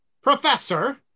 Professor